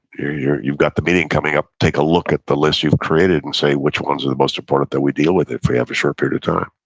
yeah you've got the meeting coming up, take a look at the list you've created and say which ones are the most important that we deal with it if we have a short period of time.